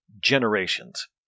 generations